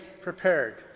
prepared